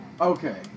Okay